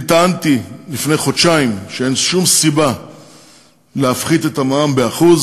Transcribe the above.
אני טענתי לפני חודשיים שאין שום סיבה להפחית את המע"מ ב-1%,